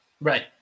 Right